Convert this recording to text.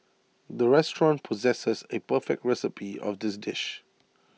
the restaurant possesses A perfect recipe of this dish